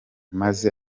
maze